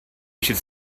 should